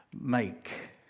make